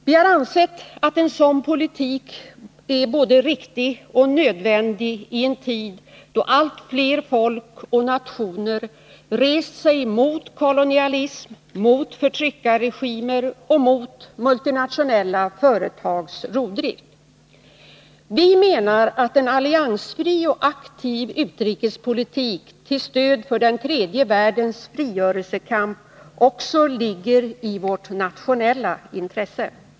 Vi har ansett att en sådan politik är både riktig och nödvändig i en tid då allt fler folk och nationer rest sig mot kolonialism, mot förtryckarregimer och mot multinationella företags rovdrift. Vi menar att en alliansfri och aktiv utrikespolitik till stöd för den tredje världens frigörelsekamp också ligger i vårt nationella intresse.